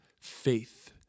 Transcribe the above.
faith